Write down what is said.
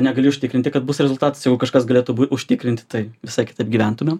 negali užtikrinti kad bus rezultatas jeigu kažkas galėtų užtikrinti tai visai kitaip gyventumėm